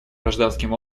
гражданским